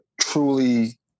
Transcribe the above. truly